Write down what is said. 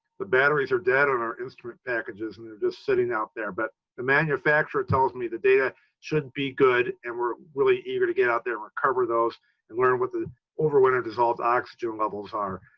the batteries are dead on our instrument packages and they're just sitting out there, but the manufacturer tells me the data should be good and we're really eager to get out there and recover those and learn what the overwinter dissolved oxygen levels are.